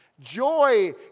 Joy